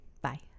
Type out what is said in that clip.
bye